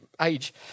age